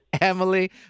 Emily